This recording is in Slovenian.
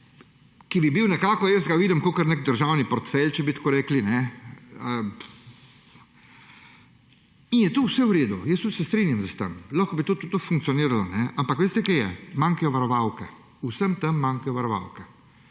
ki bi bil nekako – jaz ga vidim kot nek državni portfelj, če bi tako rekli. In je to vse v redu, jaz se strinjam s tem, lahko bi to tudi funkcioniralo. Ampak, veste, kaj je – manjkajo varovalke. V vsem tem manjkajo varovalke.